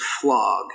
flog